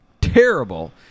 terrible